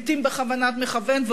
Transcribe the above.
לעתים בכוונת מכוון,